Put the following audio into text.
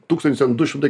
tūkstantis ten du šimtai